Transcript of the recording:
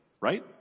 right